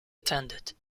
attended